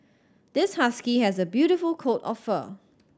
this husky has a beautiful coat of fur